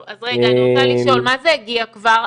אז רגע, אני רוצה לשאול, מה זה הגיע כבר?